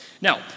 Now